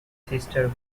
sister